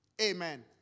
Amen